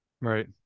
Right